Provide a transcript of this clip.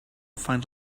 find